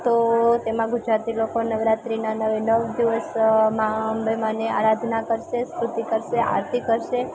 તો તેમાં ગુજરાતી લોકો નવરાત્રીના નવે નવ દિવસ મા અંબે માને આરાધના કરશે સ્તુતિ કરશે આરતી કરશે